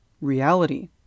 reality